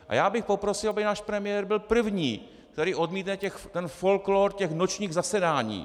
A já bych poprosil, aby náš premiér byl první, který odmítne ten folklór těch nočních zasedání.